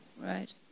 Right